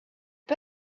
son